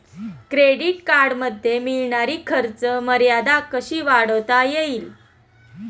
Credit कार्डमध्ये मिळणारी खर्च मर्यादा कशी वाढवता येईल?